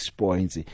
points